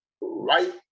Right